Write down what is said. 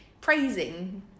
praising